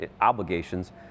obligations